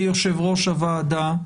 כיושב-ראש הוועדה,